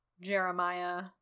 Jeremiah